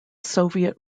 soviet